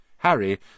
Harry